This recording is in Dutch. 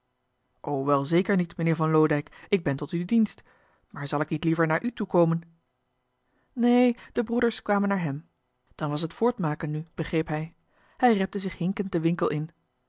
wel zeker niet meneer van loodijck ik ben tot uw dienst maar zal ik niet liever naar u toe komen johan de meester de zonde in het deftige dorp neen de broeders kwamen naar hem dan was het voortmaken nu begreep hij hij repte zich hinkend den winkel in